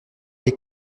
les